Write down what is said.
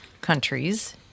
countries